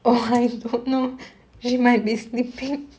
oh I don't know she might be sleeping